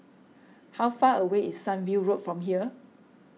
how far away is Sunview Road from here